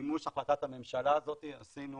מימוש החלטת הממשלה הזאת אנחנו עשינו